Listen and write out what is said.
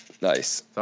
Nice